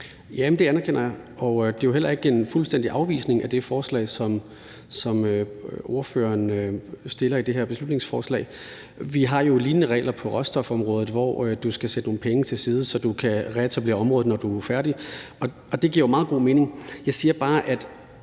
(LA): Det anerkender jeg, og jeg har heller ikke en fuldstændig afvisning af det forslag, som SF kommer med i det her beslutningsforslag. Vi har jo lignende regler på råstofområdet, hvor du skal sætte nogle penge til side, så du kan retablere området, når du er færdig, og det giver meget god mening. Jeg siger bare, at